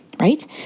right